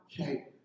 Okay